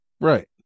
Right